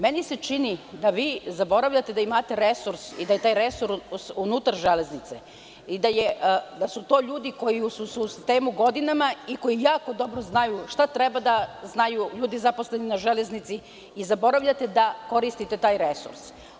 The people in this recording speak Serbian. Meni se čini da vi zaboravljate da imate resurs i da je taj resurs unutar železnice i da su to ljudi koji su u sistemu godinama i koji jako dobro znaju šta treba da znaju ljudi zaposleni na železnici i zaboravljate da koristite taj resurs.